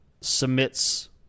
submits